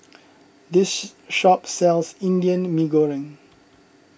this shop sells Indian Mee Goreng